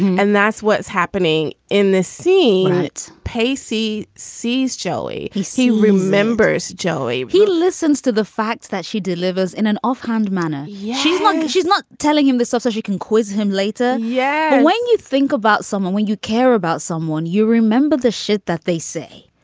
and that's what's happening in this scene. it's pacey sees joey. he he remembers joey he listens to the fact that she delivers in an offhand manner. yeah she's lucky she's not telling him this stuff so she can quiz him later. yeah. when you think about someone, when you care about someone, you remember the shit that they say.